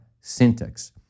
syntax